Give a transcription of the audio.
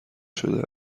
شده